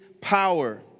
power